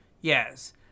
Yes